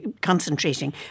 concentrating